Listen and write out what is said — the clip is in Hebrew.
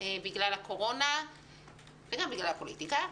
בגלל הקורונה וגם בגלל הפוליטיקה.